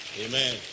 amen